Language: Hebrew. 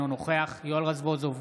אינו נוכח יואל רזבוזוב,